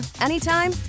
anytime